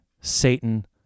Satan